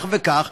כך וכך,